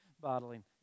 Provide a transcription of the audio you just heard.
Bottling